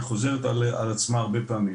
היא חוזרת על עצמה הרבה פעמים.